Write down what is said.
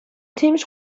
teams